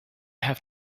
have